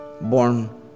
born